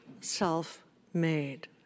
self-made